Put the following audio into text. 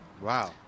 Wow